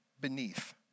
beneath